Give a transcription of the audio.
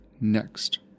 next